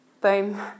boom